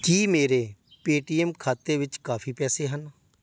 ਕੀ ਮੇਰੇ ਪੇਟੀਐੱਮ ਖਾਤੇ ਵਿੱਚ ਕਾਫ਼ੀ ਪੈਸੇ ਹਨ